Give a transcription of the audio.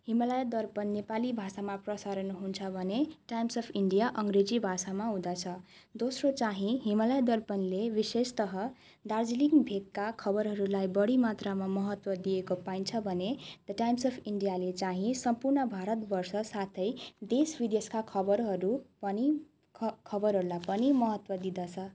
हिमालय दर्पण नेपाली भाषामा प्रसारण हुन्छ भने टाइम्स अब् इन्डिया अङ्ग्रेजी भाषामा हुँदछ दोस्रो चाहिँ हिमालय दर्पणले विशेषतः दार्जिलिङ भेकका खबरहरूलाई बढी मात्रमा महत्त्व दिएको पाइन्छ भने द टाइम्स अब् इन्डियाले चाहिँ सम्पूर्ण भारतवर्ष साथै देश विदेशका खबरहरू पनि ख खबरहरूलाई पनि महत्त्व दिँदछ